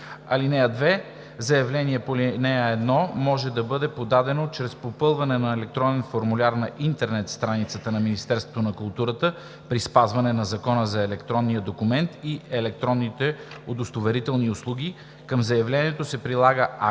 (2) Заявлението по ал. 1 може да бъде подадено чрез попълване на електронен формуляр на интернет страницата на Министерството на културата при спазване на Закона за електронния документ и електронните удостоверителни услуги. Към заявлението се прилага актът